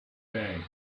bay